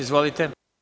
Izvolite.